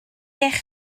eich